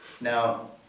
Now